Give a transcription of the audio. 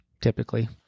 typically